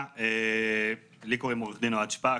קוראים לי עורך דין אוהד שפק,